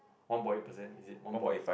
one point eight percent is it one point eight